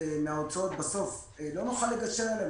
מההוצאות בסוף לא נוכל לגשר עליהן,